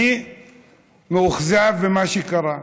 אני מאוכזב ממה שקרה.